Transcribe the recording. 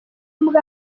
mbwa